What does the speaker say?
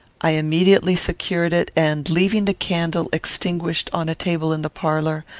i immediately secured it, and, leaving the candle extinguished on a table in the parlour,